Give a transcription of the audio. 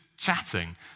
chatting